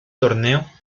torneo